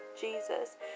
Jesus